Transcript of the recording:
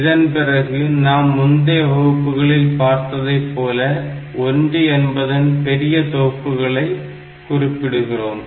இதன்பிறகு நாம் முந்தைய வகுப்புகளில் பார்த்ததைப் போல 1 என்பதன் பெரிய தொகுப்புகளை குறிப்பிடுகின்றோம்